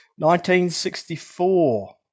1964